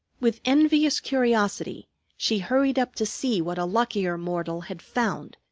with envious curiosity she hurried up to see what a luckier mortal had found,